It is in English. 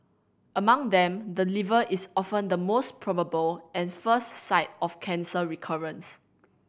among them the liver is often the most probable and first site of cancer recurrence